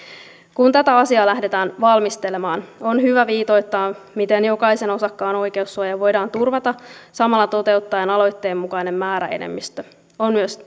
kun tätä asiaa lähdetään valmistelemaan on hyvä viitoittaa miten jokaisen osakkaan oikeussuoja voidaan turvata samalla toteuttaen aloitteen mukainen määräenemmistö on myös